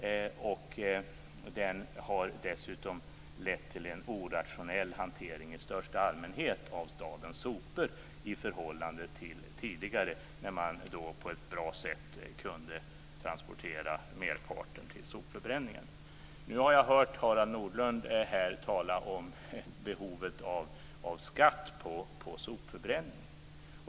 Den har dessutom lett till en i största allmänhet orationell hantering av stadens sopor i förhållande till tidigare, då man på ett bra sätt kunde transportera merparten till sopförbränningen. Nu har jag hört Harald Nordlund här tala om behovet av skatt på sopförbränning.